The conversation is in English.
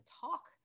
talk